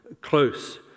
Close